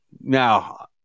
Now